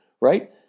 right